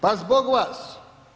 Pa zbog vas.